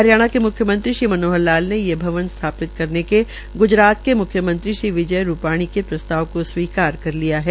हरियाणा के मुख्यमंत्री श्री मनोहर लाल ने ये भवन स्थापित करने के ग्जरात के म्ख्यमंत्री श्री विजय रूपाणी के प्रस्ताव को स्वीकार कर लिया है